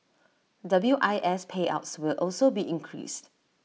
W I S payouts will also be increased